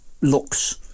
looks